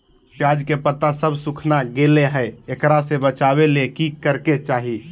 प्याज के पत्ता सब सुखना गेलै हैं, एकरा से बचाबे ले की करेके चाही?